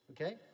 okay